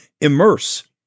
immerse